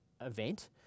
event